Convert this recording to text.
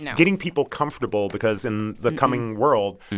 yeah getting people comfortable because in the coming world,